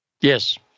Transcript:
yes